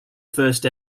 first